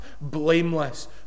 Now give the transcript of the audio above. blameless